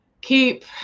keep